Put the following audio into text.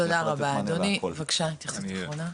תודה רבה, אדוני בבקשה התייחסות אחרונה.